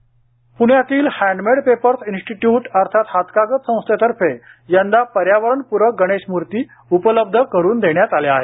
प्ण्यातील handmade papers institute अर्थात हातकागद संस्थेतर्फे यंदा पर्यावरणप्रक गणेश मूर्ती उपलब्ध करून देण्यात आल्या आहेत